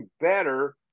better